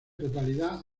totalidad